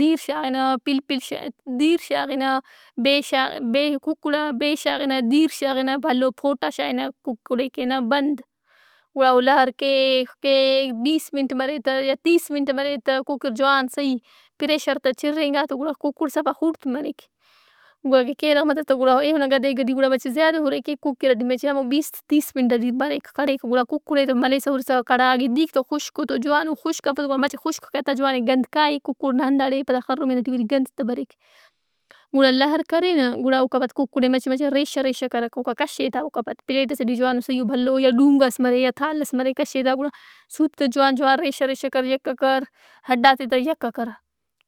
دِیر شاغنہ پلپل شائہِ-دِیر شاغِنہ، بے شا- بے ئے کُکڑا بے شاغنہ، دِیر شاغنہ، بھلو پوٹا شاغنہ۔ ککڑئے کینہ بند۔ گڑا او لہر کیک کیک بیست منٹ مرے تہ یا تیس منٹ مرے تہ۔ کُکر جوان صحیح پریشر تہ چرینگا تو گڑا ککڑ صفا خوڑت مریک۔ گُڑا اگہ کینہ متوس تا تو ایہن انگا دیگ ئٹی گڑا مچہ زیادہ اُرے کیک۔ کُکرئٹی مچہ ہمو بیست تیس منٹ ئٹی بریک پڑِک۔ گُڑا ککڑا ئے تہ ملِسہ ہُرِسہ کڑھا، اگہ دِیک تہ خُشک اوتوجوان او۔ خشک افس گڑا مچہ کہ تا جوان اےگند کائہہ ککڑ ناہنداڑئے۔ پدا خرمین ئٹی وری گند تا بریک۔ گڑا لہر کرے نا گڑا اوکا پد ککڑ ئے مچہ مچہ ریشہ ریشہ کرک اوکا کشّے تہ اوکا پد۔ پیٹ ئسے جوانو صحیئوبھلو یا ڈونگا س مرے یا تھال ئس مرے کشّے گڑا سُوت تا جوان جوان ریشہ ریشہ کر یکہ کر، ہڈات ئے تا یکہ کر۔